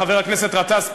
חבר הכנסת גטאס,